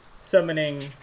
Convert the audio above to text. summoning